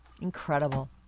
Incredible